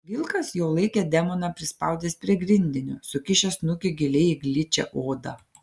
vilkas jau laikė demoną prispaudęs prie grindinio sukišęs snukį giliai į gličią odą